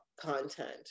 content